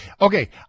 Okay